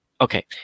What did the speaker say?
Okay